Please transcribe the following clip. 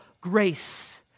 grace